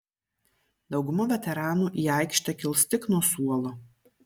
dauguma veteranų į aikštę kils tik nuo suolo